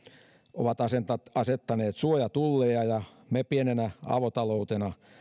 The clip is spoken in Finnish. ovat asettaneet suojatulleja ja me pienenä avotaloutena